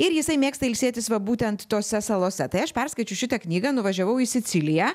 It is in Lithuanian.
ir jisai mėgsta ilsėtis va būtent tose salose tai aš perskaičius šitą knygą nuvažiavau į siciliją